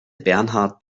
bernhard